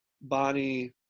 Bonnie